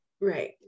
right